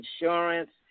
insurance